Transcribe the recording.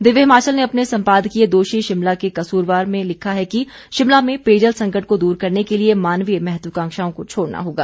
दिव्य हिमाचल ने अपने संपादकीय दोषी शिमला के कसूरवार में लिखा है कि शिमला में पेयजल संकट को दूर करने के लिए मानवीय महत्वकांक्षाओं को छोड़ना होगा